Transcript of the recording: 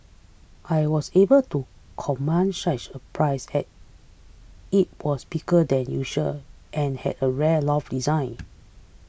I was able to command such a price as it was bigger than usual and had a rare loft design